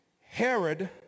Herod